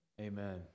Amen